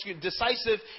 decisive